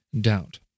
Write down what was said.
doubt